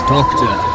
Doctor